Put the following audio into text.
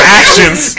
actions